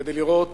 כדי לראות